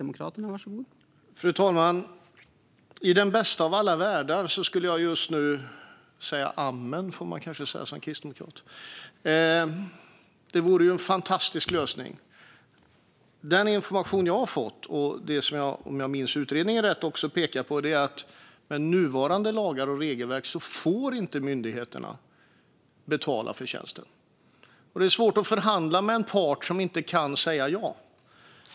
Fru talman! I den bästa av alla världar skulle jag just nu säga amen - det får man kanske säga som kristdemokrat - för det vore ju en fantastisk lösning. Den information som jag har fått och som utredningen också pekar på, om jag minns rätt, är dock att med nuvarande lagar och regelverk får inte myndigheterna betala för tjänsten. Och det är svårt att förhandla med en part som inte kan säga ja.